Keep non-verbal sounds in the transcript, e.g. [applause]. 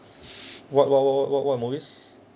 [breath] what what what what what movies